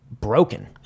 broken